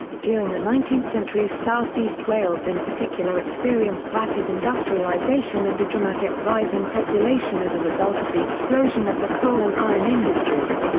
during the nineteenth century southeast wales in particular experienced rapid industrialisation and a dramatic rise in population as a result of the explosion of the coal and iron industries.